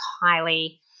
highly